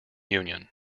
union